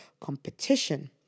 competition